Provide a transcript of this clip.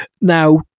now